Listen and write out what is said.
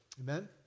Amen